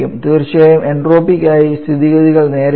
തീർച്ചയായും എൻട്രോപ്പിക്കായി സ്ഥിതിഗതികൾ നേരെയല്ല